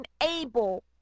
unable